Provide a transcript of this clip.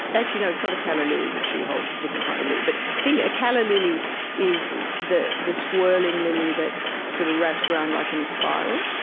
actually, no, it's not a calla lily that she holds. it's a different kind of lily. but think a calla lily is the the swirling lily that sort of wraps around like in a spiral.